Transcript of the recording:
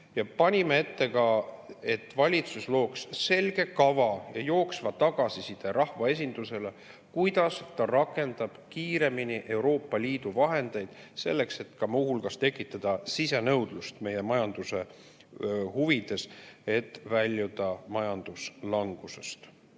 Panime ette, et valitsus looks selge kava ja annaks jooksvat tagasisidet rahvaesindusele, kuidas ta rakendab kiiremini Euroopa Liidu vahendeid, selleks et muu hulgas tekitada sisenõudlust meie majanduse huvides, et väljuda majanduslangusest.